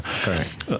Correct